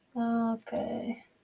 Okay